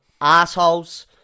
assholes